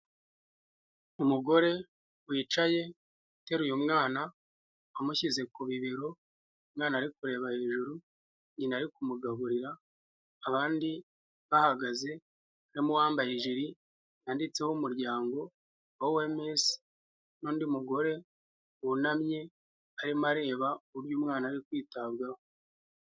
Umugore wicaye uteruye mwana amushyize ku bibero umwana ari kureba hejuru nyina ari kumugaburira abandi bahagaze barimo uwambaye ijiri yanditseho umuryango wa oyemesi n'undi mugore wunamye arimo areba uburyo umwana ari kwitabwaho.